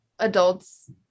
adults